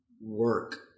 work